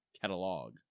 catalog